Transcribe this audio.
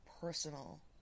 personal